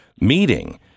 meeting